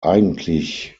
eigentlich